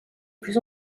plus